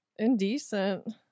Indecent